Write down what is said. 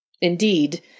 Indeed